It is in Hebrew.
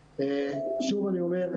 שוב אני אומר,